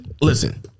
Listen